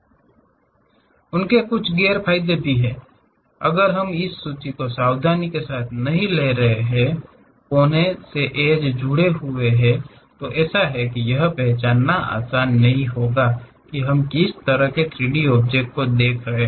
उनके कुछ गेरफायदे भी हैं अगर हम इस सूची को सावधान के साथ नहीं ले रहे हैं कि कौन से एड्ज जुड़े हुए हैं तो ऐसा है यह पहचानना आसान नहीं है कि हम किस तरह के 3 डी ऑब्जेक्ट को देख रहे हैं